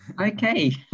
Okay